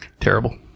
Terrible